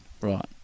right